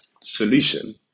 solution